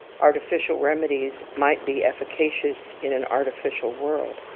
artificial remedies might be efficacious in an artificial world.